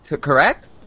Correct